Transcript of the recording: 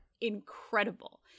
incredible